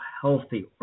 healthy